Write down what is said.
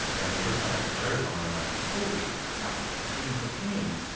and the first time i heard thyroid um and i'm like, holy crap! like they gave me cocaine!